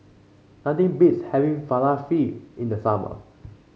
nothing beats having Falafel in the summer